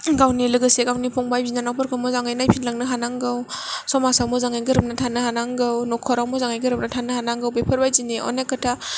गावनि लोगोसे गावनि फंबाय बिनानाव फोरखौ मोजाङै नायफिनलांनो हानांगौ समाजाव मोजाङै गोरोबना थानाो हानांगौ नखराव मोजाङै गोरोबना थानो हानांगौ बेफोरबादिनो अनेक खोथा